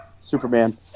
Superman